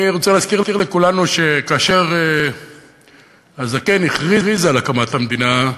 אני רוצה להזכיר לכולנו שכאשר "הזקן" הכריז על הקמת המדינה,